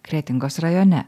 kretingos rajone